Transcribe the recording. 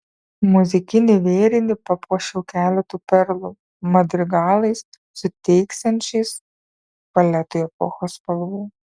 muzikinį vėrinį papuošiau keletu perlų madrigalais suteiksiančiais baletui epochos spalvų